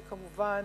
וכמובן,